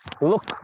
look